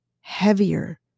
heavier